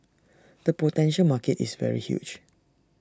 the potential market is very huge